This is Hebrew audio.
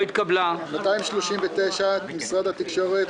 מס' 239 משרד התקשורת.